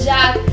Jack